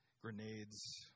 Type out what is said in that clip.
grenades